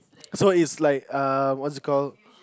so it's like err what's it called